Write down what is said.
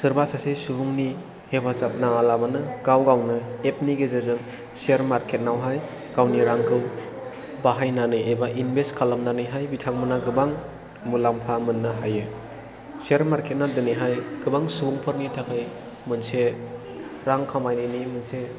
सोरबा सासे सबुंनि हेफाजाब नाङालाबानो गाव गावनो एप नि गेजेरजों सेयार मार्केट आवहाय गावनि रांखौ बाहायनानै एबा इनभेस्ट खालामनानैहाय बिथांमोना गोबां मुलाम्फा मोननो हायो सेयार मार्केट आ दिनै गोबां सुबुंफोरनि थाखाय मोनसे रां खामायनायनि मोनसे